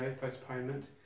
postponement